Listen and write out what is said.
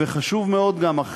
וחשוב מאוד גם,